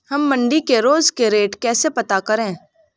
हम मंडी के रोज के रेट कैसे पता करें?